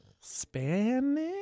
Spanish